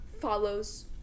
follows